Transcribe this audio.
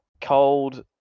cold